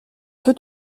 peu